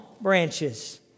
branches